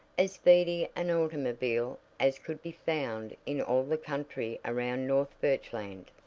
as speedy an automobile as could be found in all the country around north birchland.